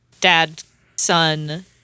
dad-son